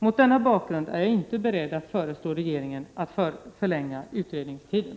Mot denna bakgrund är jag inte beredd att föreslå regeringen att förlänga utredningstiden.